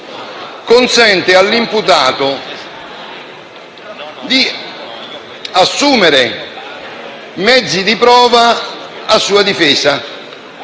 consente all'imputato di assumere mezzi di prova a sua difesa.